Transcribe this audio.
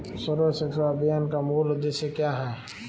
सर्व शिक्षा अभियान का मूल उद्देश्य क्या है?